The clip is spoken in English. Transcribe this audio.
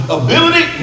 ability